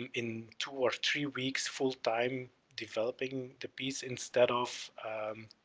and in two or three weeks, full time, developing the piece instead of